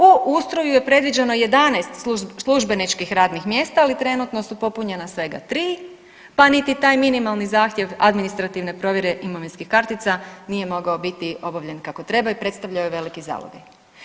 U ustroju je predviđeno 11 službeničkih radnih mjesta, ali trenutno su popunjena svega 3, pa niti taj minimalni zahtjev administrativne provjere imovinskih kartica nije mogao biti obavljen kako treba i predstavljao je veliki zalogaj.